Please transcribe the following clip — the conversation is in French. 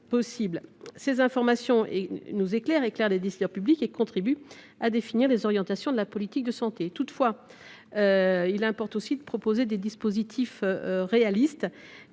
Ces informations éclairent les décideurs publics et contribuent à définir les orientations de la politique de santé. Toutefois, il importe aussi de proposer des dispositifs réalistes.